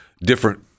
different